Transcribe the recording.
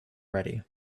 ready